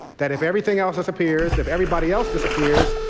that if everything else disappears, if everybody else disappears,